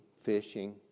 fishing